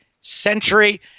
Century